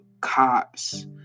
cops